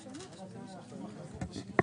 (ב)